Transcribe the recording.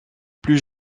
plus